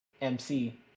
MC